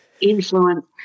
influence